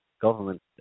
government